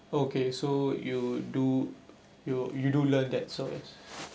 okay so you do you you do learn that